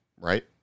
right